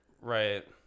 Right